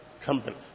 company